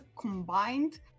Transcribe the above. combined